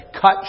cut